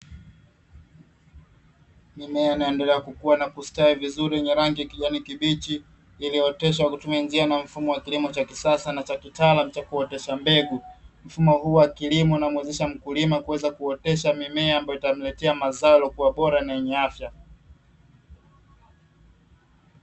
Mimea inayoendelea kukua na kustawi vizuri yenye rangi ya kijani kibichi iliyooteshwa kwakutumia njia na mfumo wa kilimo cha kisasa na cha kitaalamu cha kuotesha mbegu, mfumo huu wa kilimo unamuwezesha mkulima kuweza kuotesha mimea ambayo itamletea mazao iliyokuwa bora na yenye afya.